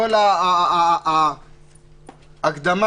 ההקדמה,